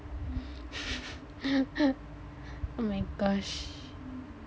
oh my gosh